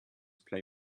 play